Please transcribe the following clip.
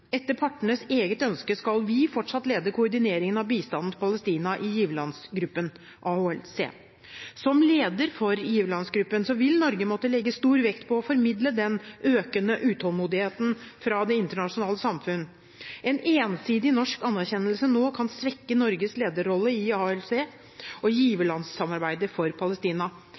Etter partenes eget ønske skal vi fortsatt lede koordineringen av bistanden til Palestina i giverlandsgruppen, AHLC. Som leder for giverlandsgruppen vil Norge måtte legge stor vekt på å formidle den økende utålmodigheten fra det internasjonale samfunn. En ensidig norsk anerkjennelse nå kan svekke Norges lederrolle i AHLC og